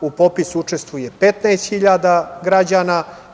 U popisu učestvuje 15.000 građana.